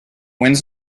winds